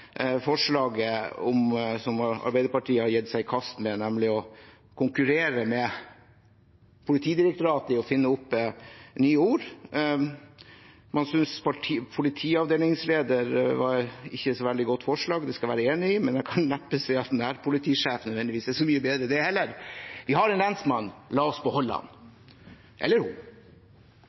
som Arbeiderpartiet har gitt seg i kast med, nemlig å konkurrere med Politidirektoratet i det å finne opp nye ord. Man synes «politiavdelingsleder» ikke er et veldig godt forslag, og det skal jeg være enig i, men jeg kan neppe se at «nærpolitisjef» er så mye bedre. Vi har en «lensmann». La oss beholde ham – eller